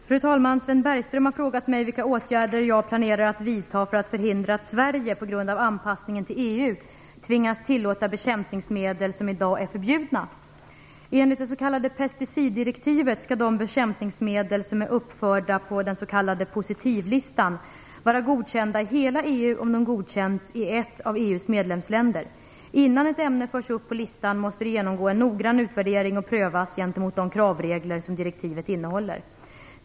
Fru talman! Sven Bergström har frågat mig vilka åtgärder jag planerar att vidta för att förhindra att Sverige på grund av anpassningen till EU tvingas tillåta bekämpningsmedel som i dag är förbjudna. Enligt det s.k. pesticiddirektivet skall de bekämpningsmedel som är uppförda på en s.k. positivlista vara godkända i hela EU om de godkänts i ett av EU:s medlemsländer. Innan ett ämne förs upp på listan måste det genomgå en noggrann utvärdering och prövas gentemot de kravregler som direktivet innehåller.